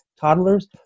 toddlers